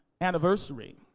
anniversary